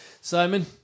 Simon